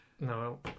no